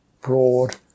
broad